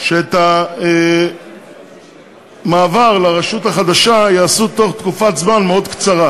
שאת המעבר לרשות החדשה יעשו תוך תקופת זמן מאוד קצרה.